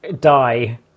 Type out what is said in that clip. die